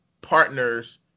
partners